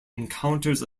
encounters